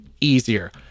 easier